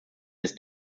his